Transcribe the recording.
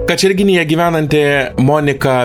kačerginėje gyvenanti monika